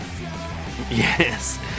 Yes